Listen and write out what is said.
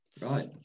Right